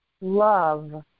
love